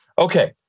Okay